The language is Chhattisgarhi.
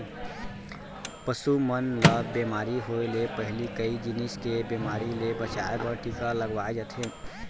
पसु मन ल बेमारी होय ले पहिली कई जिनिस के बेमारी ले बचाए बर टीका लगवाए जाथे